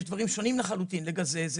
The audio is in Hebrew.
יש כללים שונים לחלוטין לגזזת,